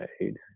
made